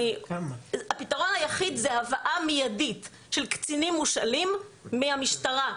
הפתרון היחיד הוא הבאה מיידית של קצינים מושאלים מהמשטרה,